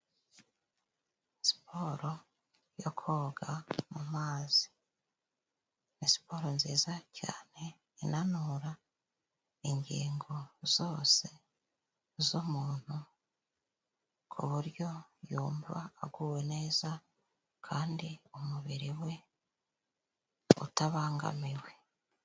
Siporo yo koga mu mazi ni siporo nziza cyane inanura ingingo zose z'umuntu, ku buryo yumva aguwe neza kandi umubiri we utabangamiwe.